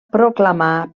proclamar